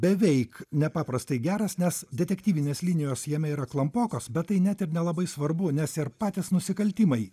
beveik nepaprastai geras nes detektyvinės linijos jame yra klampokos bet tai net ir nelabai svarbu nes er patys nusikaltimai